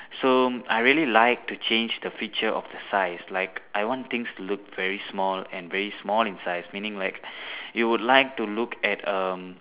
so I really like to change the feature of the size like I want things to look very small and very small in size meaning like you would like to look at um